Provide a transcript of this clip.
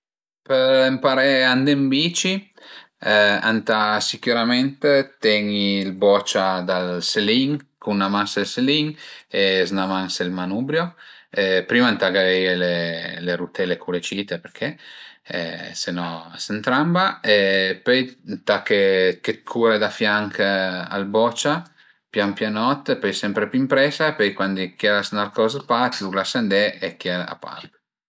Për ëmparé a andé ën bici ëntà sicürament ten-i ël bocia dal selin, cun 'na man sël selin e 'na man sël manubrio, prima ëntà gaveie le rutele cule cite perché se non a s'ëntramba e pöi ëntà che cure da fianch al bocia pian pianot e pöi sempre pi empresa, pöi cuandi chiel a së ën arcos pa t'lu lase andé e chiel a part